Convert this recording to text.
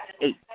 eight